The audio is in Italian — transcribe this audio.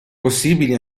possibili